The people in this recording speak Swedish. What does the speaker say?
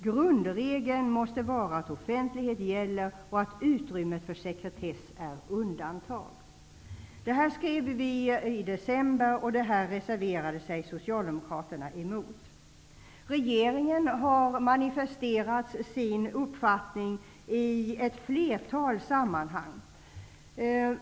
Grundregeln måste vara att offentlighet gäller och att utrymmet för sekretess är undantag.'' Detta skrev utskottet i december, och det reserverade sig Socialdemokraterna emot. Regeringen har manifesterat sin uppfattning i ett flertal sammanhang.